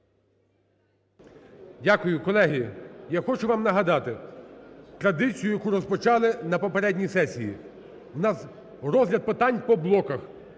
Дякую. Колеги, я хочу вам нагадати традицію, яку розпочали на попередній сесії: у нас розгляд питань по блоках,